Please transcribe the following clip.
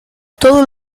todo